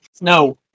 No